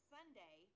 Sunday